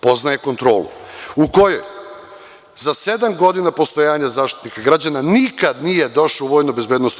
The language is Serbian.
Poznaje kontrolu u kojoj za sedam godina postojanja Zaštitnika građana nikad nije došao u VBA.